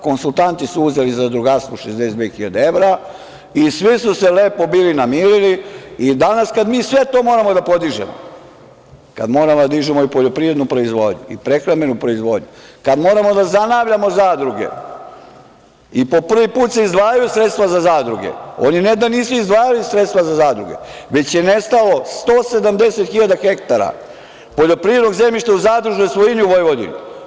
Konsultanti su uzeli u zadrugarstvu 62.000 evra i svi su se lepo bili namirili i danas kada sve to mora da podižemo, kad moramo da dižemo i poljoprivrednu proizvodnju i prehrambenu proizvodnju, kada moramo da zanavljamo zadruge i po prvi put se izdvajaju sredstva za zadruge, oni ne da nisu izdvajali sredstva za zadruge, već je nestalo 170.000 ha poljoprivrednog zemljišta u zadružnoj svojini u Vojvodini.